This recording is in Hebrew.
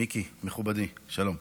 מיקי מכובדי, שלום.